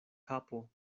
kapo